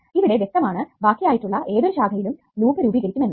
ഇവിടെ വ്യക്തമാണ് ബാക്കിയായിട്ട് ഉള്ള ഏതൊരു ശാഖയും ലൂപ്പ് രൂപീകരിക്കും എന്ന്